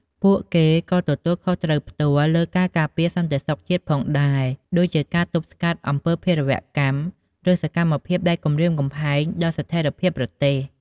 ពួកគេក៏ទទួលខុសត្រូវផ្ទាល់លើការការពារសន្តិសុខជាតិផងដែរ ដូចជាការទប់ស្កាត់អំពើភេរវកម្ម ឬសកម្មភាពដែលគំរាមកំហែងដល់ស្ថេរភាពប្រទេស។